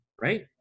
Right